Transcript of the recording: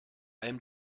allem